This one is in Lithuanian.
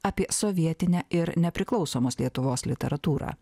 apie sovietinę ir nepriklausomos lietuvos literatūrą